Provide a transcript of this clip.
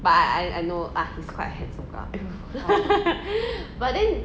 but I I know ah he's quite handsome lah but then